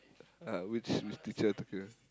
ah which teacher you talking